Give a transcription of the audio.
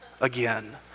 again